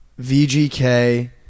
VGK